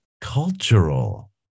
Cultural